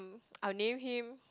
I'll name him